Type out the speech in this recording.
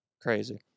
Crazy